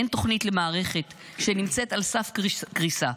אין תוכנית למערכת שנמצאת על סף קריסה.